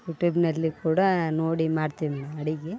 ಯೂಟ್ಯೂಬ್ನಲ್ಲಿ ಕೂಡ ನೋಡಿ ಮಾಡ್ತೀವಿ ಅಡಿಗೆ